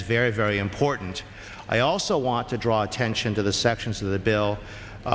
is very very important i also want to draw attention to the sections of the bill